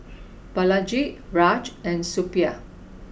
Balaji Raj and Suppiah